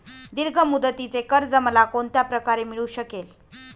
दीर्घ मुदतीचे कर्ज मला कोणत्या प्रकारे मिळू शकेल?